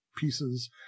pieces